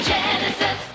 Genesis